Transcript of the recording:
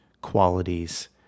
qualities